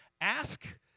Ask